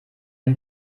dem